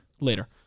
Later